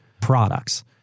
products